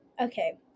Okay